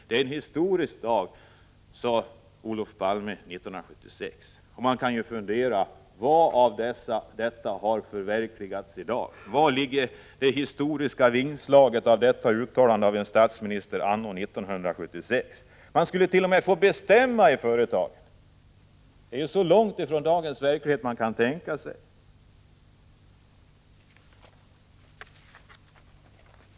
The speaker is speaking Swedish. Det är en historisk dag.” Vad av allt detta har förverkligats hittills? Var återfinns de historiska vingslagen från detta uttalande av statsministern anno 1976? De arbetande skulle alltså få bestämma i företagen. Det är så långt från dagens verklighet som tänkas kan!